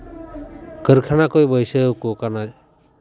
ᱠᱟᱹᱨᱠᱷᱟᱱᱟ ᱠᱚ ᱵᱟᱹᱭᱥᱟᱹᱣ ᱟᱠᱚ ᱠᱟᱱᱟ